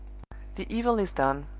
the evil is done,